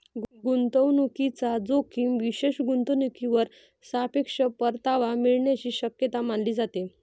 गुंतवणूकीचा जोखीम विशेष गुंतवणूकीवर सापेक्ष परतावा मिळण्याची शक्यता मानली जाते